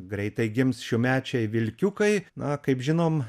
greitai gims šiųmečiai vilkiukai na kaip žinom